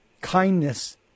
Kindness